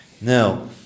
Now